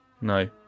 no